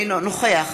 אינו נוכח